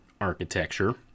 architecture